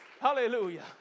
Hallelujah